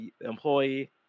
employee